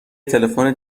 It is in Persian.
تلفن